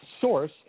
source